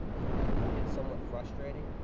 it it could get somewhat frustrating.